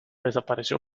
desapareció